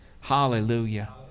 Hallelujah